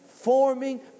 Forming